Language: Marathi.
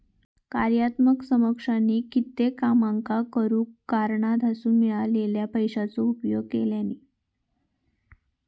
कार्यात्मक समकक्षानी कित्येक कामांका करूक कराधानासून मिळालेल्या पैशाचो उपयोग केल्यानी